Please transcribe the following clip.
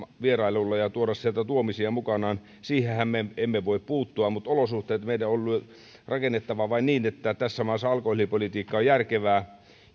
vierailulla ja tuoda sieltä tuomisia mukanaan siihenhän me emme voi puuttua mutta olosuhteet meidän on rakennettava vain niin että tässä maassa alkoholipolitiikka on järkevää